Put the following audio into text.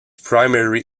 primary